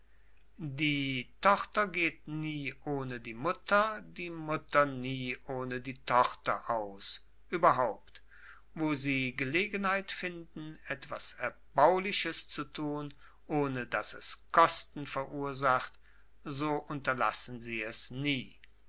die tochter geht nie ohne die mutter die mutter nie ohne die tochter aus überhaupt wo sie gelegenheit finden etwas erbauliches zu tun ohne daß es kosten verursacht so unterlassen sie es nie